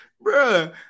bro